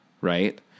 Right